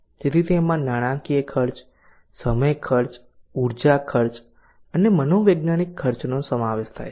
જેથી તેમાં નાણાકીય ખર્ચ સમય ખર્ચ ઉર્જા ખર્ચ અને મનોવૈજ્ઞાનિક ખર્ચનો સમાવેશ થાય છે